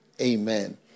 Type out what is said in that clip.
Amen